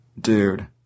dude